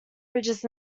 bridges